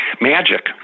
Magic